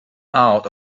out